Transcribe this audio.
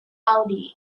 audi